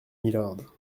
mylord